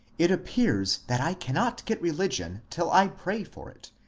it appears that i cannot get religion till i pray for it,